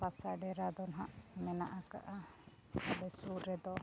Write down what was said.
ᱵᱟᱥᱟᱼᱰᱮᱨᱟ ᱫᱚ ᱱᱟᱦᱟᱜ ᱢᱮᱱᱟᱜ ᱟᱠᱟᱫᱼᱟ ᱟᱞᱮ ᱥᱩᱨ ᱨᱮᱫᱚ